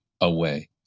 away